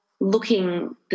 looking